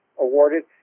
awarded